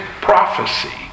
prophecy